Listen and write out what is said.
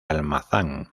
almazán